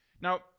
Now